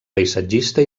paisatgista